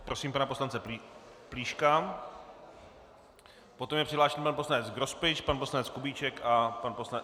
Prosím pana poslance Plíška, poté je přihlášen pan poslanec Grospič, pan poslanec Kubíček a pan poslanec...